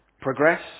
Progress